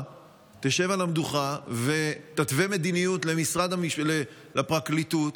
תשב על המדוכה ותתווה מדיניות לפרקליטות,